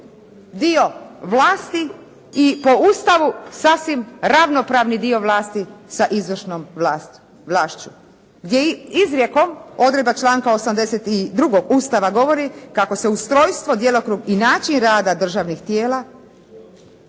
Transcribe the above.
dio vlasti i po ustavu sasvim ravnopravni dio vlasti sa izvršnom vlasti, gdje izrijekom odredba članka 82. Ustava govori, kako se ustrojstvo, djelokrug i način rada državnih tijela